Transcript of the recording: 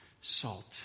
Salt